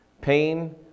Pain